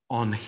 on